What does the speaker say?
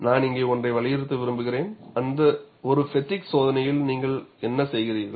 நான் இங்கே ஒன்றை வலியுறுத்த விரும்புகிறேன் ஒரு ஃப்பெட்டிக் சோதனையில் நீங்கள் என்ன செய்கிறீர்கள்